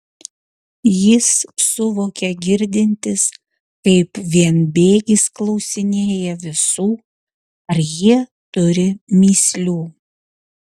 jis suvokė girdintis kaip vienbėgis klausinėja visų ar jie turi mįslių